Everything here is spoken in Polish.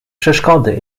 przeszkody